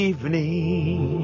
Evening